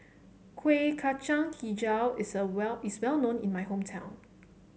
Kueh Kacang hijau is a well is well known in my hometown